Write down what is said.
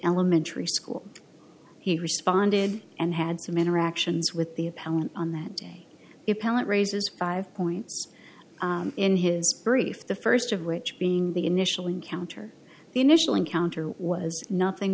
elementary school he responded and had some interactions with the appellant on that day appellant raises five points in his brief the first of which being the initial encounter the initial encounter was nothing